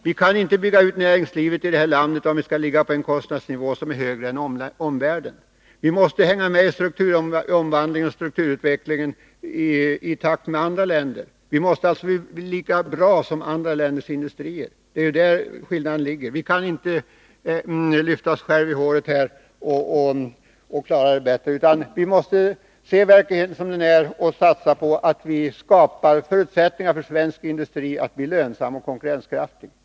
Vi kan inte bygga ut näringslivet i detta land om vi har en kostnadsnivå som är högre än i omvärlden. Vi måste hänga med i strukturomvandlingen och strukturutvecklingen i takt med andra länder. Vår industri måste alltså bli lika bra som andra länders industrier — det är där skillnaden ligger. Vi kan inte lyfta oss själva i håret och klara oss bättre, utan vi måste se verkligheten som den är och satsa på att skapa förutsättningar för svensk industri att bli lönsam och konkurrenskraftig.